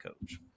coach